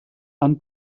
han